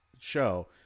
show